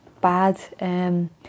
bad